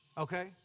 Okay